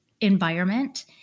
environment